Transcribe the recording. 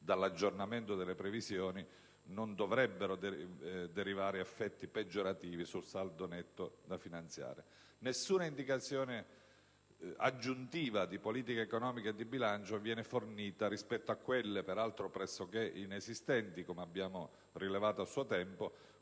dall'aggiornamento delle previsioni non dovrebbero derivare effetti peggiorativi sul saldo netto da finanziare. Nessuna indicazione aggiuntiva di politica economica e di bilancio viene fornita rispetto a quelle contenute nel DPEF (peraltro pressoché inesistenti, come abbiamo rilevato a suo tempo),